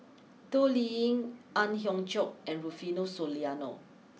Toh Liying Ang Hiong Chiok and Rufino Soliano